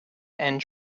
and